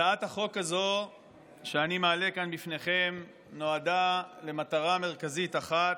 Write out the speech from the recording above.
הצעת החוק הזאת שאני מעלה כאן בפניכם נועדה למטרה מרכזית אחת,